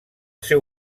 seu